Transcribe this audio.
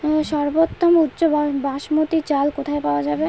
সর্বোওম উচ্চ বাসমতী চাল কোথায় পওয়া যাবে?